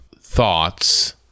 thoughts